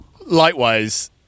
Likewise